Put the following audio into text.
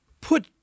put